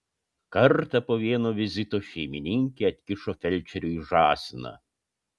kartą po vieno vizito šeimininkė atkišo felčeriui žąsiną